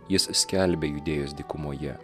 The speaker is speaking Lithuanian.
jis skelbė judėjos dykumoje